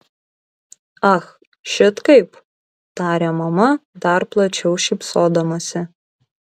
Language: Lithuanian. ach šit kaip tarė mama dar plačiau šypsodamasi